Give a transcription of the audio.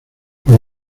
los